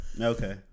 okay